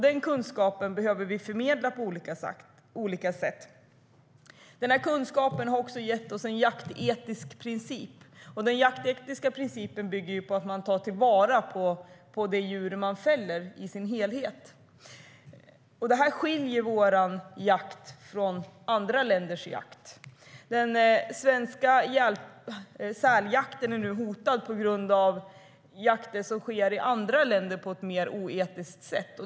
Den kunskapen behöver vi förmedla på olika sätt. Den kunskapen har också gett oss en jaktetisk princip. Den jaktetiska principen bygger på att man tar vara på det djur man fäller i sin helhet. Det skiljer vår jakt från andra länders jakt. Den svenska säljakten är nu hotad på grund av jakt som sker i andra länder på ett mer oetiskt sätt.